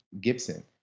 Gibson